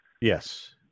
Yes